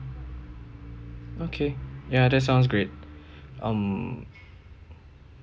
okay ya that sounds great um